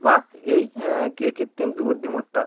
বা এই কৃত্রিম বুদ্ধিমত্তা